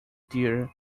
dear